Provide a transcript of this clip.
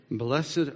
Blessed